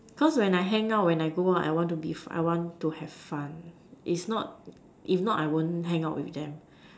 cause when I hang out when I go out I want to I want to have fun if not if not I would not hang out with them